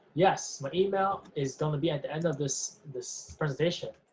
yes, my email is gonna be at the end of this this presentation,